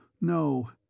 no